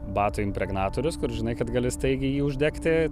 batų impregnatorius kur žinai kad gali staigiai jį uždegti